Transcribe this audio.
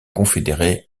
confédérés